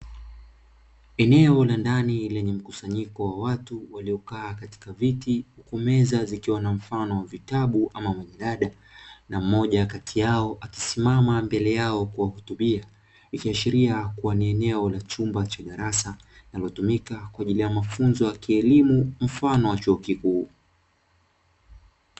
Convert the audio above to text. Eneo la ndani lenye mkusanyiko wa watu waliokaa katika viti huku meza zikiwa na mfano vitabu ama majarada na mmoja kati yao akisimama mbele yao kuwahutubia, ikiashiria kuwa ni eneo la chumba cha darasa linalotumika kwa ajili ya mafunzo ya kielimu mfano wa chuo kikuu.